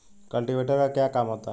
Cultivator का क्या काम होता है?